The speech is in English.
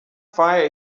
fire